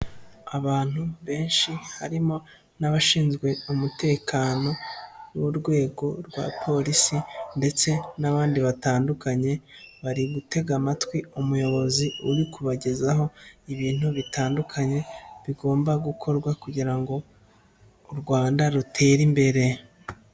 Abantu benshi harimo n'abashinzwe umutekano b'urwego rwa polisi ndetse n'abandi batandukanye, bari gutega amatwi umuyobozi uri kubagezaho ibintu bitandukanye, bigomba gukorwa kugira ngo u Rwanda rutere imbere.